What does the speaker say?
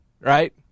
Right